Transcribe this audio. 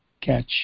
catch